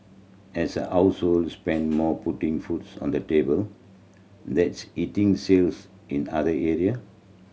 as households spend more putting foods on the table that's hitting sales in other area